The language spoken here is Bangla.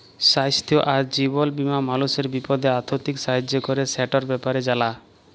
স্বাইস্থ্য আর জীবল বীমা মালুসের বিপদে আথ্থিক সাহায্য ক্যরে, সেটর ব্যাপারে জালা